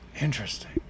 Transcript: Interesting